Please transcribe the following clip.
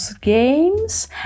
games